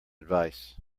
advice